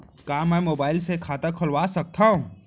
का मैं मोबाइल से खाता खोलवा सकथव?